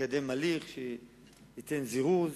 לקדם הליך שייתן זירוז,